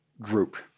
group